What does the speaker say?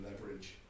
leverage